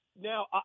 Now